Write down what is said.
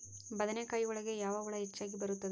ಬದನೆಕಾಯಿ ಒಳಗೆ ಯಾವ ಹುಳ ಹೆಚ್ಚಾಗಿ ಬರುತ್ತದೆ?